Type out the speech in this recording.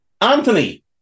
Anthony